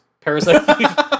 Parasite